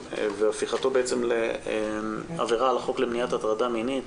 והפיכתו לעבירה על החוק למניעת הטרדה מינית.